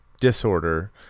disorder